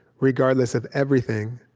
regardless of everything,